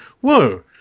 Whoa